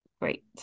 great